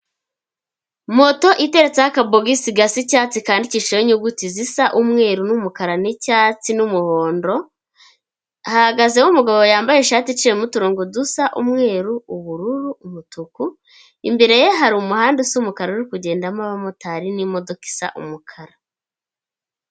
Moto iteretseho akabogasi gasa icyatsi, kandikishijeho inyuguti zisa umweru, n'umukara, nicyatsi, n'umuhondo. Hahagazeho umugabo, yambaye ishati iciyemo uturongo dusa umweru, ubururu, umutuku. Imbere ye hari umuhanda usa umukara, uri kugendamo abamotari n'imodoka isa umukara.